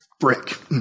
brick